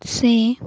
ସେ